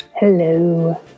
Hello